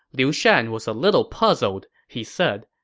liu shan was a little puzzled. he said,